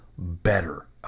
better